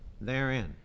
therein